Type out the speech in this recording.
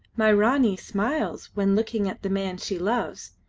my ranee smiles when looking at the man she loves.